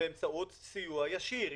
באמצעות סיוע ישיר.